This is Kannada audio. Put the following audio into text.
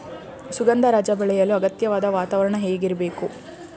ಸುಗಂಧರಾಜ ಬೆಳೆಯಲು ಅಗತ್ಯವಾದ ವಾತಾವರಣ ಹೇಗಿರಬೇಕು?